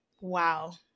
Wow